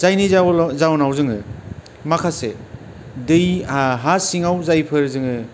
जायनि जाहोनाव जोङो माखासे दै हा सिङाव जायफोर जोङो